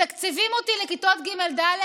מתקצבים אותי לכיתות ג'-ד'